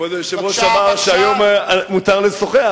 כבוד היושב-ראש אמר שהיום מותר לשוחח,